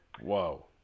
Whoa